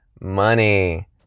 money